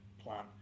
plan